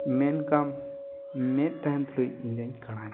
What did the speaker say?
ᱢᱮᱱᱠᱷᱟᱱ ᱢᱮᱫ ᱛᱟᱦᱮᱱ ᱛᱩᱞᱩᱡ ᱤᱧᱫᱩᱧ ᱠᱟᱬᱟ ᱜᱮᱭᱟ